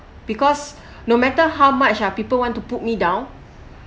because no matter how much ah people want to put me down